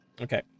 Okay